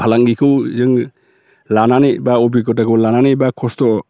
फालांगिखौ जोङो लानानै एबा अभिगथाखौ लानानै बा खस्थ'